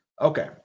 okay